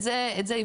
את זה הבנו.